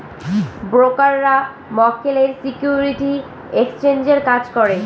ব্রোকাররা মক্কেলের সিকিউরিটি এক্সচেঞ্জের কাজ করে